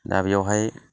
दा बेवहाय